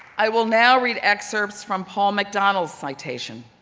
i will now read excerpts from paul macdonald's citation.